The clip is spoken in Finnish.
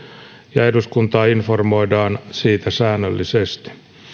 ja eduskuntaa informoidaan siitä säännöllisesti